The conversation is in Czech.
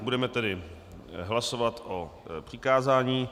Budeme tedy hlasovat o přikázání.